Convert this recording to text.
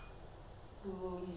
to the place that I need to go